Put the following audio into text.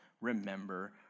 remember